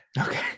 Okay